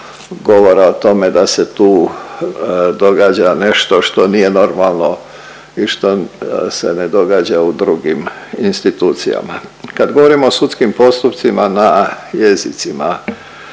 govora o tome da se tu događa nešto što nije normalno i što se ne događa u drugim institucijama. Kad govorimo o sudskim postupcima na jezicima